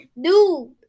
Dude